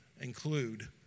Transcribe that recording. include